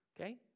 Okay